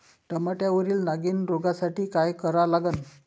टमाट्यावरील नागीण रोगसाठी काय करा लागन?